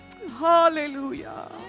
Hallelujah